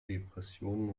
depressionen